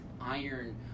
iron –